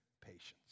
patience